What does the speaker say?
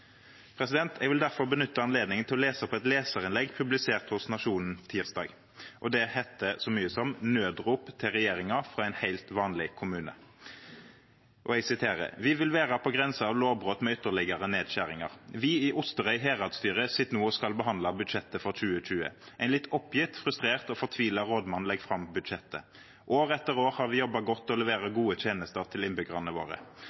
vil derfor benytte anledningen til å lese opp et leserinnlegg publisert i Nationen på tirsdag. Det heter så mye som «Nødrop til regjeringa frå ein heilt vanleg kommune»: «Vi vil vera på grensa av lovbrot med ytterlegare nedskjeringar. Vi i Osterøy heradsstyre sit no og skal behandla budsjettet for 2020. Ein litt oppgitt, frustrert og fortvila rådmann legg fram budsjettet. År etter år har vi jobba godt